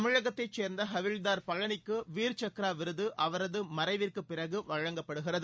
தமிழகத்தைச் சேர்ந்த ஹவில்தார் பழனிக்கு வீர் சக்ரா விருது அவரது மறைவிற்கு பிறகு வழங்கப்படுகிறது